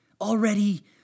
Already